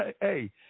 hey